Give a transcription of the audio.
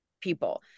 people